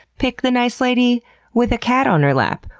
pick the nice lady with a cat on her lap,